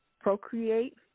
procreate